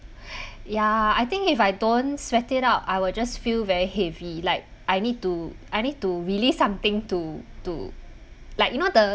yeah I think if I don't sweat it out I will just feel very heavy like I need to I need to release something to to like you know the